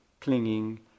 clinging